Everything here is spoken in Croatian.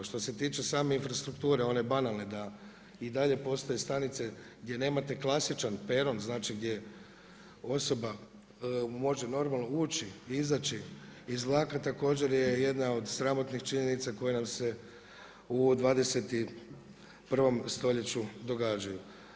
Što se tiče same infrastrukture one banalne da i dalje postoje stanice gdje nemate klasičan peron, gdje osoba može normalno ući, izaći iz vlaka također je jedna od sramotnih činjenica koje nam se u 21. stoljeću događaju.